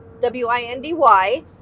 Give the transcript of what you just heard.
W-I-N-D-Y